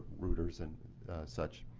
rooters and such